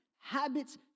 Habits